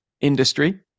industry